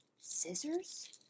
Scissors